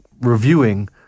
reviewing